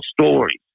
stories